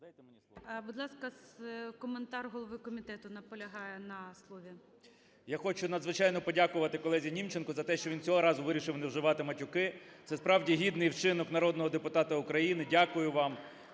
Я хочу надзвичайно подякувати колезі Німченку за те, що він цього разу вирішив не вживати матюки, це справді гідний вчинок народного депутата України. Дякую вам.